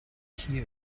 hier